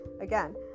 again